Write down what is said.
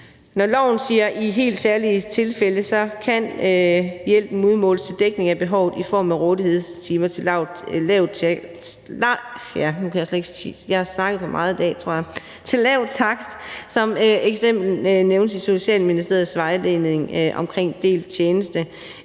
Når loven siger »i helt særlige tilfælde«, kan hjælpen udmåles til dækning af behovet i form af rådighedstimer til lav takst, som eksempelvis nævnes i Socialministeriets vejledning omkring delt tjeneste